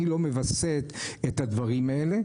אני לא מווסת את הדברים האלה,